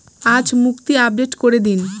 আজ মুক্তি আপডেট করে দিন